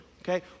okay